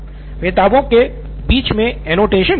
सिद्धार्थ मटूरी किताबों के बीच में एनोटेशन